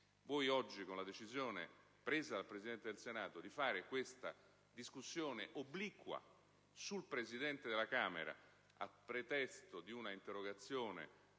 Voi, oggi, con la decisione, assunta dal Presidente del Senato, di fare questa discussione obliqua sul Presidente della Camera, a pretesto di un'interrogazione